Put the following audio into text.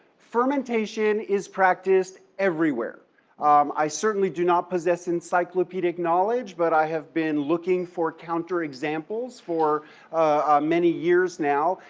fermentation is practiced everywhere i certainly do not posses encyclopedic knowledge, but i have been looking for counter examples for many years now,